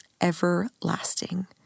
everlasting